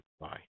Bye